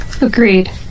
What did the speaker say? Agreed